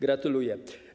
Gratuluję.